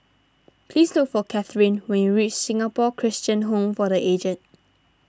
please look for Cathryn when you reach Singapore Christian Home for the Aged